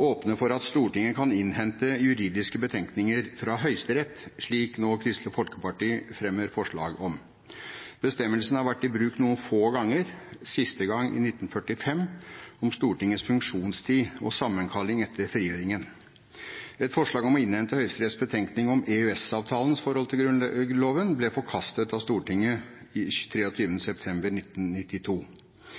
åpner for at Stortinget kan innhente juridiske betenkninger fra Høyesterett, slik Kristelig Folkeparti nå fremmer forslag om. Bestemmelsen har vært i bruk noen få ganger, siste gang i 1945 om Stortingets funksjonstid og sammenkalling etter frigjøringen. Et forslag om å innhente Høyesteretts betenkning om EØS-avtalens forhold til Grunnloven ble forkastet av Stortinget 23. september 1992.